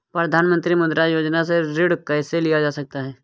प्रधानमंत्री मुद्रा योजना से ऋण कैसे लिया जा सकता है?